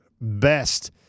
best